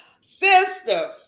sister